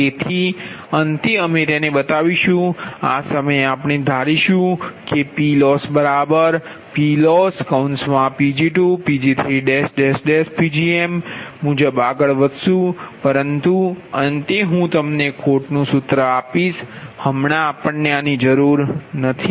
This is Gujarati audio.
તેથી અંતે અમે તેને બનાવીશું આ સમયે આપણે ધારીશું કે PLossPLossPg2Pg3Pgmમુજબ આગળ વધશું પરંતુ અંતે હું તમને ખોટનું સૂત્ર આપીશ હમણાં આપણને આની જરૂર નથી